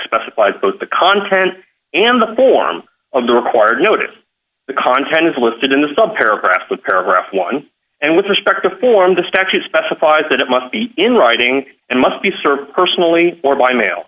specifies both the content and the form of the required notice the content is listed in the sub paragraph of paragraph one and with respect to form the statute specifies that it must be in writing and must be sir personally or by mail